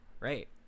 right